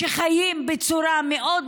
שני מיליון פלסטינים עכשיו בעזה,